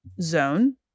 zone